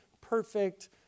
perfect